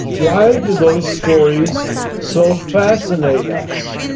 why do those stories so fascinate us?